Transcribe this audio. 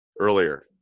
Earlier